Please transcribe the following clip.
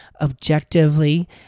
objectively